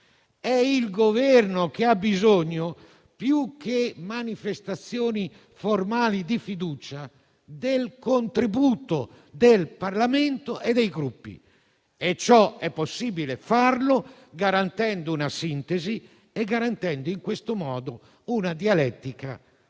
Il Governo ha infatti bisogno, più che di manifestazioni formali di fiducia, del contributo del Parlamento e dei Gruppi e ciò è possibile, garantendo una sintesi, e garantendo, in questo modo, una dialettica